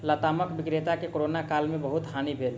लतामक विक्रेता के कोरोना काल में बहुत हानि भेल